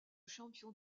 champion